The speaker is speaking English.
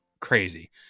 crazy